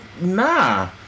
nah